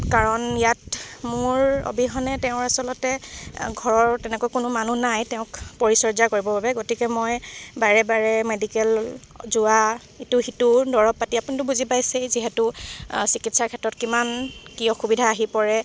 কাৰণ ইয়াত মোৰ অবিহনে তেওঁৰ আচলতে ঘৰৰ তেনেকৈ কোনো মানুহ নাই তেওঁক পৰিচৰ্যা কৰিবৰ বাবে গতিকে মই বাৰে বাৰে মেডিকেল যোৱা ইটো সিটো দৰব পাতি আপুনিটো বুজি পাইছেই যিহেতু চিকিৎসাৰ ক্ষেত্ৰত কিমান কি অসুবিধা আহি পৰে